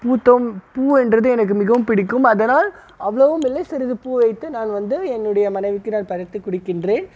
பூத்தோன் பூ என்றது எனக்கு மிகவும் பிடிக்கும் அதனால் அவ்வளோவும் இல்லை சிறிது பூ வைத்து நான் வந்து என்னுடைய மனைவிக்கு நான் பறித்து கொடுக்கின்றேன்